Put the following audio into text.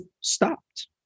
stopped